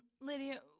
Lydia